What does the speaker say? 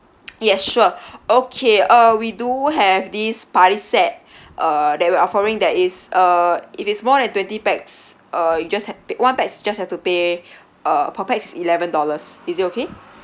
yes sure okay uh we do have this party set uh that we're offering that is uh if it's more than twenty pax uh you just have one pax just have to pay uh per pax eleven dollars is it okay